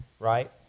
Right